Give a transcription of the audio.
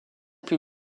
plus